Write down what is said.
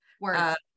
words